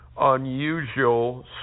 unusual